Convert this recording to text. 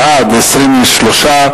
בעד, 23,